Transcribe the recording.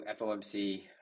FOMC